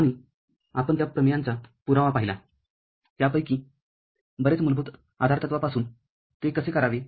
आणि आपण त्या प्रमेयांचा पुरावा पाहिला त्यापैकी बरेच मूलभूत आधारतत्वापासून ते कसे करावे